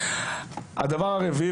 הדבר הרביעי,